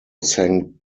sang